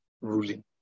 ruling